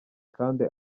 kandi